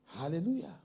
Hallelujah